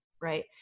right